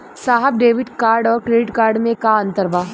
साहब debit card और credit card में का अंतर बा?